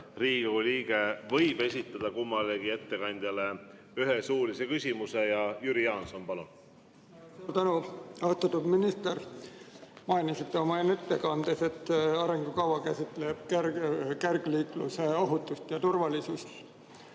Riigikogu liige esitada kummalegi ettekandjale ühe suulise küsimuse. Jüri Jaanson, palun! Suur tänu, austatud minister! Mainisite oma ettekandes, et arengukava käsitleb kergliikluse ohutust ja turvalisust.